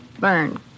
Burn